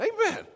Amen